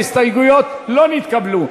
ההסתייגויות לא נתקבלו.